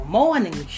morning